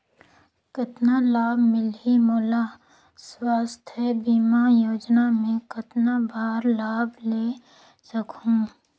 कतना लाभ मिलही मोला? स्वास्थ बीमा योजना मे कतना बार लाभ ले सकहूँ?